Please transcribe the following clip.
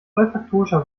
olfaktorischer